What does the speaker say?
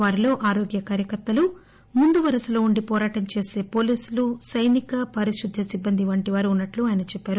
వారిలో ఆరోగ్య కార్యకర్తలు ముందు వరసలో ఉండి పోరాటం చేసే పోలీసులు సైనిక పారిశుధ్య సిబ్బంది వంటి వారు ఉన్నట్లు ఆయన చెప్పారు